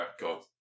God